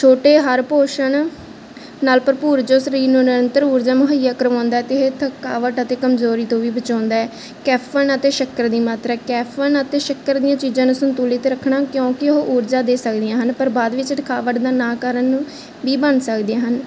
ਛੋਟੇ ਹਰ ਪੋਸ਼ਨ ਨਾਲ ਭਰਪੂਰ ਜੋ ਸਰੀਰ ਨੂੰ ਨਿਰੰਤਰ ਊਰਜਾ ਮੁਹੱਈਆ ਕਰਵਾਉਂਦਾ ਅਤੇ ਇਹ ਥਕਾਵਟ ਅਤੇ ਕਮਜ਼ੋਰੀ ਤੋਂ ਵੀ ਬਚਾਉਂਦਾ ਹੈ ਕੈਫੀਨ ਅਤੇ ਸ਼ੱਕਰ ਦੀ ਮਾਤਰਾ ਕੈਫੀਨ ਅਤੇ ਸ਼ੱਕਰ ਦੀਆਂ ਚੀਜ਼ਾਂ ਨੂੰ ਸੰਤੁਲਿਤ ਰੱਖਣਾ ਕਿਉਂਕਿ ਉਹ ਊਰਜਾ ਦੇ ਸਕਦੀਆਂ ਹਨ ਪਰ ਬਾਅਦ ਵਿੱਚ ਥਕਾਵਟ ਦਾ ਨਾ ਕਰਨ ਵੀ ਬਣ ਸਕਦੀਆਂ ਹਨ